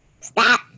Stop